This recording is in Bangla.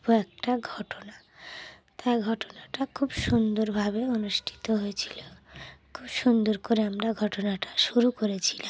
একটা ঘটনা তাই ঘটনাটা খুব সুন্দরভাবে অনুষ্ঠিত হয়েছিলো খুব সুন্দর করে আমরা ঘটনাটা শুরু করেছিলাম